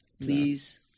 Please